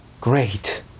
great